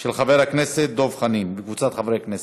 של חבר הכנסת דב חנין וקבוצת חברי כנסת.